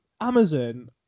amazon